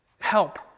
help